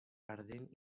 ardent